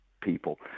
people